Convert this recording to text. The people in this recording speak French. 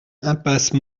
impasse